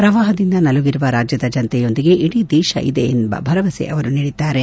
ಪ್ರವಾಹದಿಂದ ನಲುಗಿರುವ ರಾಜ್ಯದ ಜನತೆಯೊಂದಿಗೆ ಇಡೀ ದೇಶ ಇದೆ ಎಂದು ಅವರು ಭರವಸೆ ನೀಡಿದ್ದಾರೆ